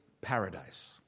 paradise